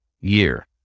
year